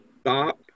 stop